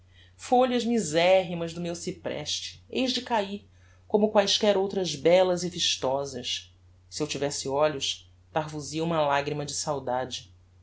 folhas miserrimas do meu cypreste heis de cair como quaesquer outras bellas e vistosas e se eu tivesse olhos dar vos hia uma lagrima de saudade